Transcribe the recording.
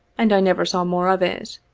and i never saw more of it.